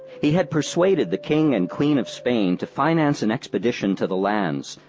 he had persuaded the king and queen of spain to finance an expedition to the lands,